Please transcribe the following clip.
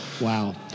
Wow